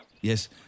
Yes